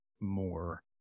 more